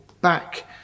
back